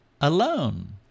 alone